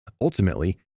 Ultimately